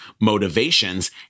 motivations